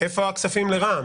איפה הכספים לרע"מ?